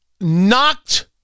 knocked